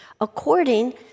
according